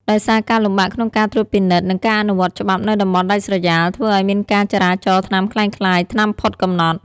ដោយសារការលំបាកក្នុងការត្រួតពិនិត្យ និងការអនុវត្តច្បាប់នៅតំបន់ដាច់ស្រយាល ធ្វើឱ្យមានការចរាចរណ៍ថ្នាំក្លែងក្លាយ ថ្នាំផុតកំណត់ ។